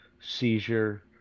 seizure